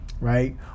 right